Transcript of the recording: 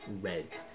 red